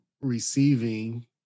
receiving